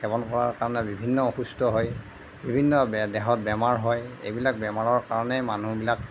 সেৱন কৰাৰ কাৰণে বিভিন্ন অসুস্থ হয় বিভিন্ন দেহত বেমাৰ হয় এইবিলাক বেমাৰৰ কাৰণেই মানুহবিলাক